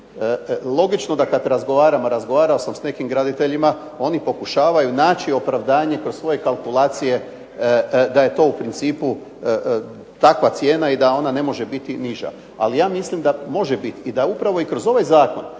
Logično da kad razgovaramo, razgovarao sam s nekim graditeljima, oni pokušavaju naći opravdanje kroz svoje kalkulacije da je to u principu takva cijena i da ona ne može biti niža, ali ja mislim da može biti i da upravo i kroz ovaj zakon